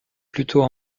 plutôt